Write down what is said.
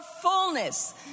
fullness